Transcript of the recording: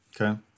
Okay